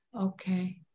Okay